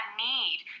need